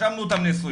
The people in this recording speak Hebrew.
רשמנו אותם נשואים.